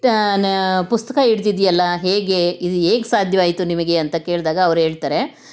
ನಾನು ಪುಸ್ತಕ ಹಿಡಿದಿದ್ಯಲ್ಲ ಹೇಗೆ ಇದು ಹೇಗ್ ಸಾಧ್ಯವಾಯ್ತು ನಿಮಗೆ ಅಂತ ಕೇಳಿದಾಗ ಅವ್ರು ಹೇಳುತ್ತಾರೆ